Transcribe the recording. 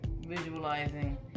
visualizing